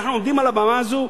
אנחנו עומדים על הבמה הזו,